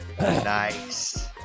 Nice